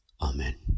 Amen